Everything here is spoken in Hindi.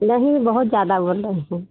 नहीं बहुत ज़्यादा बोल रहे हैं